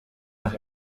aho